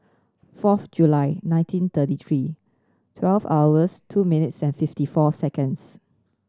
fourth July nineteen thirty three twelve hours two minutes and fifty four seconds